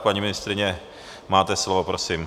Paní ministryně, máte slovo, prosím.